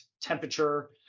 temperature